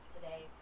Today